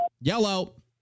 Yellow